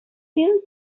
few